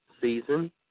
season